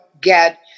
get